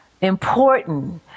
important